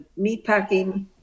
meatpacking